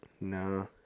No